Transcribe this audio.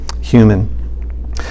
human